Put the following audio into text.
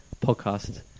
podcast